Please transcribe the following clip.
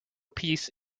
peace